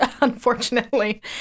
unfortunately